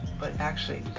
but actually,